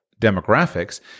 demographics